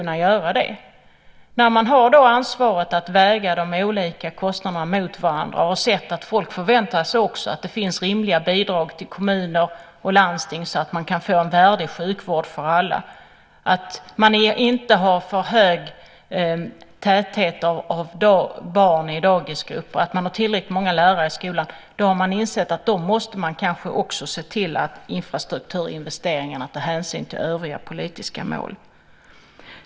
När man har haft ansvaret att väga olika kostnader mot varandra och har sett att folk förväntar sig också rimliga bidrag till kommuner och landsting så att det går att få en värdig sjukvård för alla, att det inte är för hög barntäthet i dagisgrupper, att det finns tillräckligt många lärare i skolan, då har man insett att man också måste se till att infrastrukturinvesteringarna tar hänsyn till övriga politiska mål.